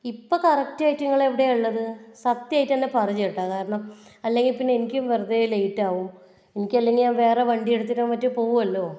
ഇപ്പം കറക്റ്റ് ആയിട്ട് നിങ്ങളെവ്ടെയാള്ളത് സത്യമായിട്ട് തന്നെ പറ ചേട്ട കാരണം അല്ലെങ്കിൽ പിന്നെ എനിയ്ക്കും വെരുതെ ലേയ്റ്റ് ആവും എനിയ്ക്കല്ലങ്കിൽ വേറെ വണ്ടി എടുത്തിട്ടോ മറ്റോ പോവുല്ലോ